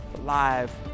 live